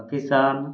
Pakistan